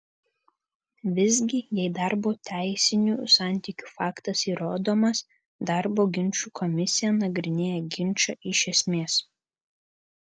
visgi jei darbo teisinių santykių faktas įrodomas darbo ginčų komisija nagrinėja ginčą iš esmės